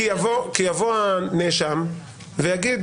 כי יבוא הנאשם ויגיד